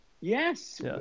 yes